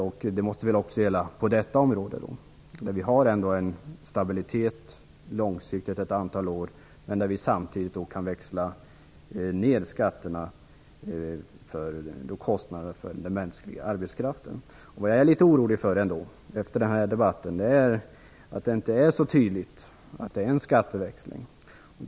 Det måste väl då också gälla på detta område, där vi ändå kan räkna med en långsiktig stabilitet under ett antal år men där vi samtidigt kan växla ned kostnaderna för den mänskliga arbetskraften. Vad jag ändå känner mig litet orolig inför efter denna debatt är att det inte framstår så tydligt att det är fråga om en skatteväxling.